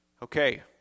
Okay